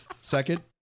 Second